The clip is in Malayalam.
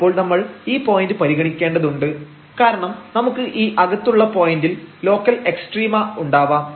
അപ്പോൾ നമ്മൾ ഈ പോയന്റ് പരിഗണിക്കേണ്ടതുണ്ട് കാരണം നമുക്ക് ഈ അകത്തുള്ള പോയന്റിൽ ലോക്കൽ എക്സ്ട്രീമ ഉണ്ടാവാം